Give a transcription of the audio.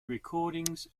recordings